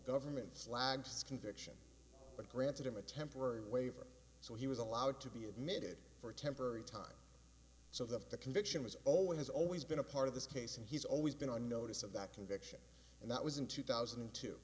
government slags conviction but granted him a temporary waiver so he was allowed to be admitted for a temporary time so that the conviction was always has always been a part of this case and he's always been on notice of that conviction and that was in two thousand and two